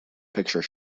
picture